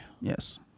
Yes